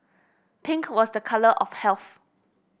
pink was a colour of health